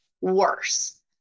worse